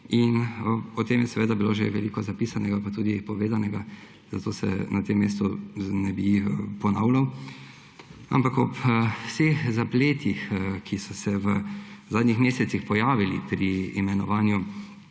O tem je bilo že veliko zapisanega pa tudi povedanega, zato se na tem mestu ne bi ponavljal. Ob vseh zapletih, ki so se v zadnjih mesecih pojavili pri imenovanju